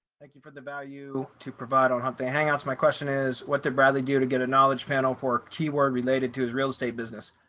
thank you for the value to provide on hump day hangouts. my question is what did bradley do to get a knowledge panel for keyword related to his real estate business?